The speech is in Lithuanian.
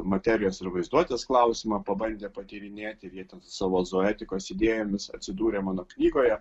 materijos ir vaizduotės klausimą pabandė patyrinėti ir jie ten su savo zoetikos idėjomis atsidūrė mano knygoje